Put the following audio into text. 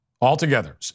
Altogether